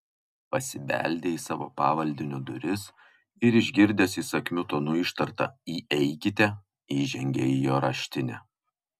pasibeldė į savo pavaldinio duris ir išgirdęs įsakmiu tonu ištartą įeikite įžengė į jo raštinę